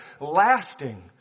lasting